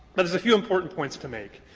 but there's a few important points to make.